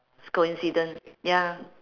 is coincidence ya